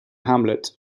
hamlet